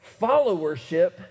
followership